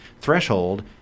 threshold